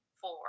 four